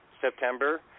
September